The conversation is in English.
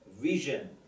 vision